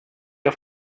auf